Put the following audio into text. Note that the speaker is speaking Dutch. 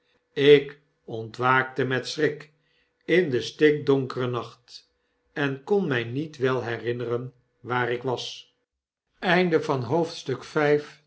ik ontwaakte met schrik in den stikdonkeren nacht en kon my niet wel herinneren waar ik was